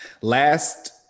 last